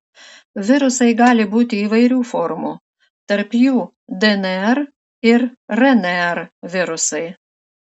virusai gali būti įvairių formų tarp jų dnr ir rnr virusai